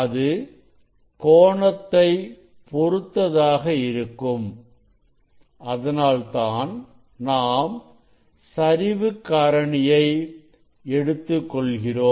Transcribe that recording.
அது கோணத்தை பொருத்தமாக இருக்கும் அதனால்தான் நாம் சரிவுக் காரணியை எடுத்துக் கொள்கிறோம்